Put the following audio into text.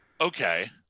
Okay